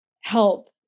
help